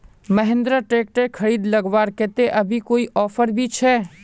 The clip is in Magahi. महिंद्रा ट्रैक्टर खरीद लगवार केते अभी कोई ऑफर भी छे?